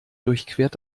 durchquert